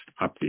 update